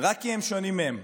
רק כי הם שונים מהם.